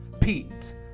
Pete